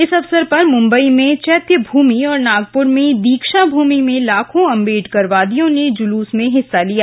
इस अवसर पर मुम्बई में चैत्य भूमि और नागपुर में दीक्षा भूमि में लाखों आम्बेडडकरवादियों ने जुलूस में हिस्सा लिया